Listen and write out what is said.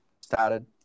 started